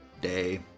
day